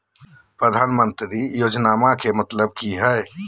प्रधानमंत्री योजनामा के मतलब कि हय?